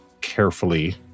carefully